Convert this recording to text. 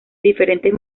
diferentes